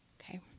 Okay